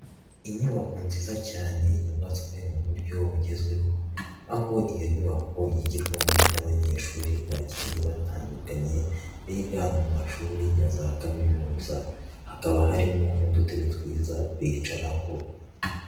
Inyubako nziza cyane yubatswe mu buryo bugezweho aho iyo nyubako yigirwamo n'abanyeshuri bagiye batandukanye biga mu mashuri ya za kaminuza, hakaba harimo n'udutebe twiza bicaraho.